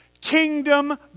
Kingdom